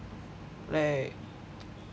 like